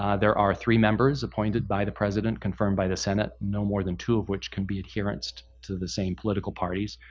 ah there are three members appointed by the president, confirmed by the senate, no more than two of which can be adherent to the same political parties.